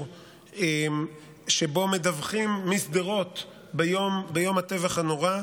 שבו מדווחים משדרות ביום הטבח הנורא,